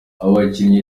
abakinnyi